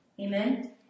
Amen